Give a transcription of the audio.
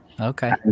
Okay